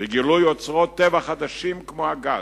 וגילוי אוצרות טבע חדשים כמו הגז,